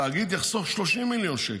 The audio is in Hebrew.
התאגיד יחסוך 30 מיליון שקלים.